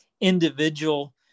individual